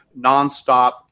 nonstop